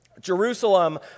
Jerusalem